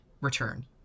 return